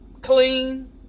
clean